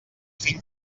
fill